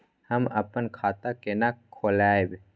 हम अपन खाता केना खोलैब?